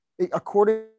According